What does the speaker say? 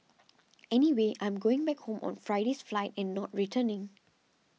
anyway I'm going back home on Friday's flight and not returning